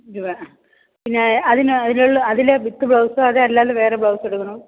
രൂപ പിന്നെ അതിന് അതിലുള്ള അതിൽ വിത്ത് ബ്ലൌസോ അതല്ലാണ്ടെ വേറെ ബ്ലൌസ് എടുക്കണോ